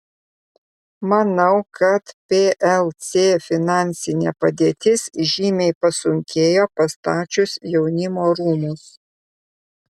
manau kad plc finansinė padėtis žymiai pasunkėjo pastačius jaunimo rūmus